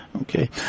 okay